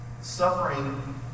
Suffering